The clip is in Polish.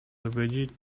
dowiedzieć